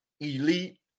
elite